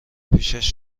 پیشش